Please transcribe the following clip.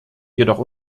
jedoch